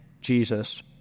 Jesus